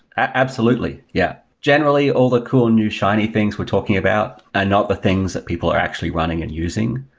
absolutely. yeah. generally, all the cool, new shiny things we're talking about are not the things that people are actually running and using,